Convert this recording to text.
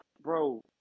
bro